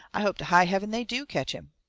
i hope to high heaven they do catch him!